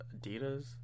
Adidas